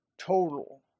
total